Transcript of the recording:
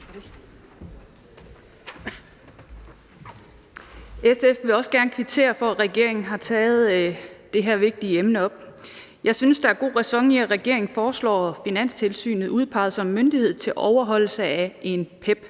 SF vil også gerne kvittere for, at regeringen har taget det her vigtige emne op. Jeg synes, der er god ræson i, at regeringen foreslår Finanstilsynet udpeget som myndighed til overholdelse af